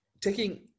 taking